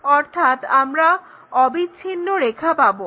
অর্থাৎ আমরা অবিচ্ছিন্ন রেখা পাবো